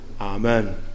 Amen